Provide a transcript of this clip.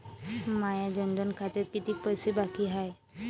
माया जनधन खात्यात कितीक पैसे बाकी हाय?